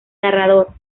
narrador